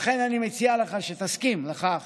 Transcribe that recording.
לכן אני מציע לך שתסכים לכך